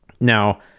Now